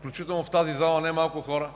включително и не малко хора